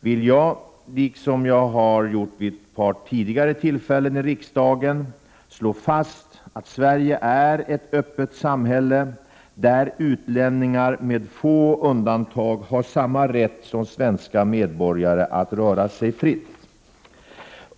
vill jag — liksom jag har gjort vid ett par tidigare tillfällen i riksdagen — slå fast att Sverige är ett öppet samhälle, där utlänningar med få undantag har samma rätt som svenska medborgare att röra sig fritt.